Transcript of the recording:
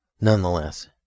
nonetheless